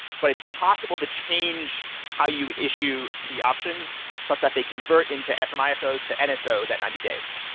but it's possible to change how you issue the options plus that they convert into fmiso's to and nsos at ninety days,